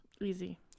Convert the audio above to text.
Easy